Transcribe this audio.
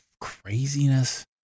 craziness